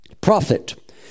prophet